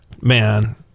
Man